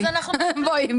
בואי,